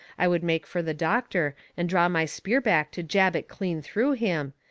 i would make fur the doctor and draw my spear back to jab it clean through him,